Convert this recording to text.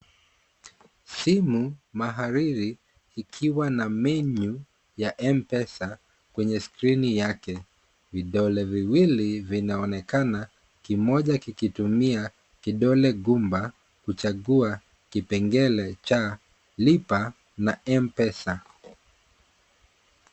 Simu mahiri ikiwa na menyu ya mpesa kwenye skrini yake. Vidole viwili vinaonekana, kimoja kikitumia kidole gumba kuchagua kipengele cha lipa na mpesa.